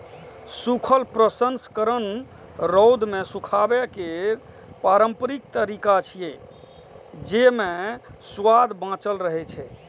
सूखल प्रसंस्करण रौद मे सुखाबै केर पारंपरिक तरीका छियै, जेइ मे सुआद बांचल रहै छै